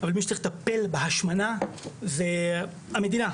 אבל מי שצריך לטפל בהשמנה זה המדינה.